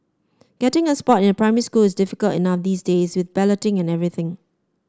getting a spot in a primary school is difficult enough these days with balloting and everything